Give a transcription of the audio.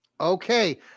Okay